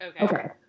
Okay